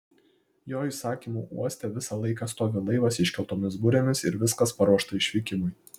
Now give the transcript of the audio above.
jo įsakymu uoste visą laiką stovi laivas iškeltomis burėmis ir viskas paruošta išvykimui